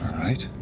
right.